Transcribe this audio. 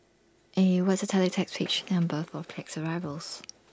eh what's the teletext page number for planes arrivals